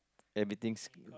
everything's